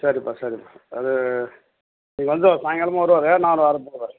சரிப்பா சரிப்பா அது நீங்கள் வந்து அவர் சாயங்காலமாக வருவார் நான் அவர் வரப்போ வரேன்